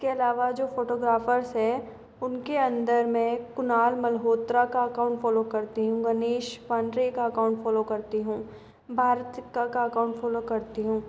इसके अलावा जो फ़ोटोग्राफ़र्स हैं उनके अंदर में कुनाल मल्होत्रा का अकाउंट फ़ोलो करती हूँ गणेश पांडेय का अकाउंट फ़ोलो करती हूँ भारत का का अकाउंट फ़ोलो करती हूँ